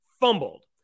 fumbled